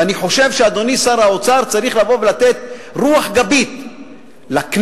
ואני חושב שאדוני שר האוצר צריך לבוא ולתת רוח גבית לכנסת,